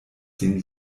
den